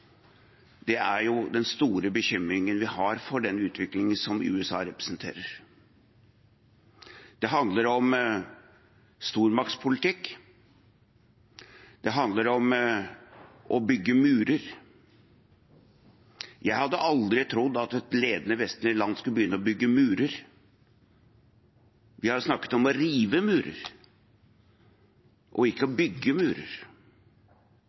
er den store bekymringen vi har for den utviklingen som USA representerer. Det handler om stormaktspolitikk. Det handler om å bygge murer. Jeg hadde aldri trodd at et ledende vestlig land skulle begynne å bygge murer. Vi har snakket om å rive murer, ikke om å bygge murer.